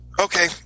Okay